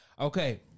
Okay